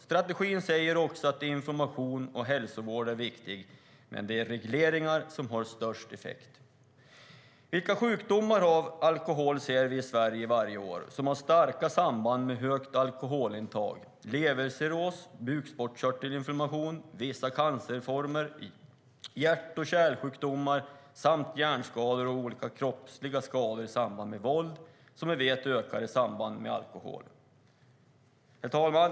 Strategin säger också att information och hälsovård är viktigt men att det är regleringar som har störst effekt. Vilka sjukdomar orsakade av alkohol ser vi i Sverige varje år, sjukdomar som har starka samband med högt alkoholintag? Det är levercirros, bukspottkörtelinflammation, vissa cancerformer, hjärt och kärlsjukdomar samt hjärnskador och andra kroppsliga skador orsakade av våld i samband med intag av alkohol. Vi vet att utövandet av våld ökar vid alkoholkonsumtion. Herr talman!